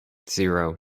zero